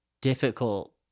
difficult